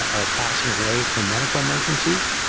are passing away from medical emergencies.